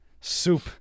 soup